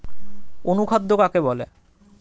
অনুখাদ্য কাকে বলে?